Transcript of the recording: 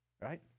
right